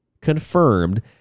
confirmed